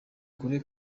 kure